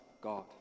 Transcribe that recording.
God